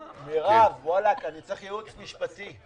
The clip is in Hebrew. מרב, ואלק, אני צריך ייעוץ משפטי.